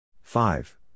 five